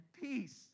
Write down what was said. peace